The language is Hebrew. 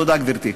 תודה, גברתי.